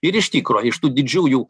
ir iš tikro iš tų didžiųjų